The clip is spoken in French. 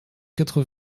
quatre